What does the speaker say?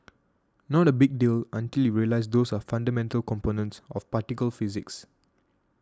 not a big deal until you realise those are fundamental components of particle physics